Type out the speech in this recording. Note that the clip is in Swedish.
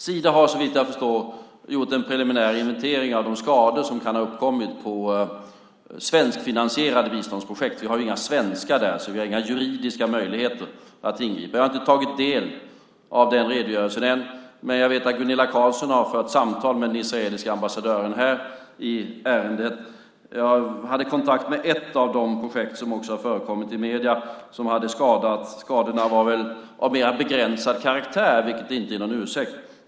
Sida har såvitt jag förstår gjort en preliminär inventering av de skador som kan ha uppkommit på svenskfinansierade biståndsprojekt. Vi har ju inga svenskar där, så vi har inga juridiska möjligheter att ingripa. Jag har inte tagit del av den redogörelsen än, men jag vet att Gunilla Carlsson har fört samtal med den israeliske ambassadören i ärendet. Jag hade kontakt med ett av de projekt som också har förekommit i medierna och som hade skadats. Skadorna var väl av mer begränsad karaktär, vilket inte är någon ursäkt.